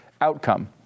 outcome